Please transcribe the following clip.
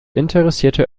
interessierte